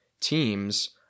teams